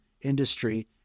industry